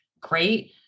Great